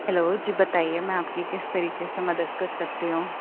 hello جی بتائیے میں آپ کی کس طریقے سے مدد کر سکتی ہوں